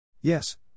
Yes